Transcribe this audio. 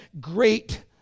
great